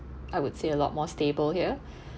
I would say a lot more stable here